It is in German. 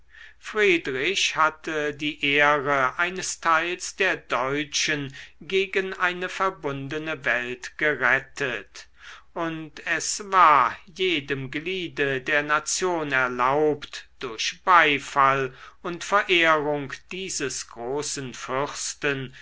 friedrich hatte die ehre eines teils der deutschen gegen eine verbundene welt gerettet und es war jedem gliede der nation erlaubt durch beifall und verehrung dieses großen fürsten